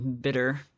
Bitter